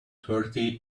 thirty